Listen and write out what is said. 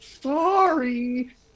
Sorry